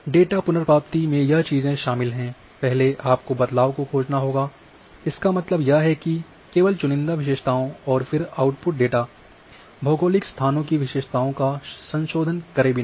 data पुनर्प्राप्ति में यह चीज़ें शामिल होती हैं पहले आपको बदलाव को खोजना होगा इसका मतलब यह है कि केवल चुनिंदा विशेषताएँ और फिर आउटपुट डेटा भौगोलिक स्थानों की विशेषताओ का संशोधन करे बिना